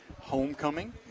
homecoming